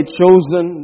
chosen